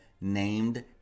named